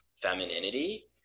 femininity